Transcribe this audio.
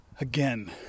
again